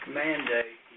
mandate